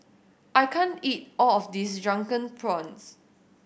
I can't eat all of this Drunken Prawns